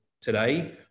today